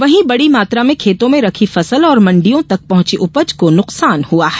वहीं बड़ी मात्रा में खेतों में रखी फसल और मंडियों तक पहुंची उपज को नुकसान हुआ है